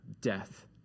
Death